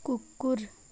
कुकुर